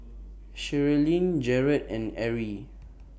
Sherilyn Jarett and Arrie